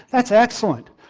that's excellent.